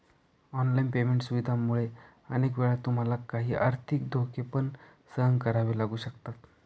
online payment सुविधांमुळे अनेक वेळा तुम्हाला काही आर्थिक धोके पण सहन करावे लागू शकतात